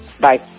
Bye